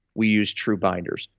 we use true binders.